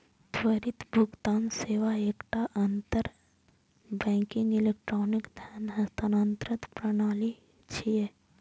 त्वरित भुगतान सेवा एकटा अंतर बैंकिंग इलेक्ट्रॉनिक धन हस्तांतरण प्रणाली छियै